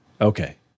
Okay